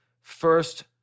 first